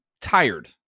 tired